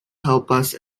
helpas